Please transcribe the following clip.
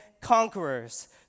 conquerors